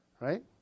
right